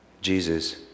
Jesus